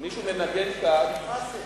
איזה טלפון, מה זה?